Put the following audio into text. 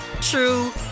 true